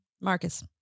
Marcus